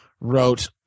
wrote